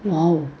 !whoa!